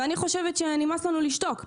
ואני חושבת שנמאס לנו לשתוק.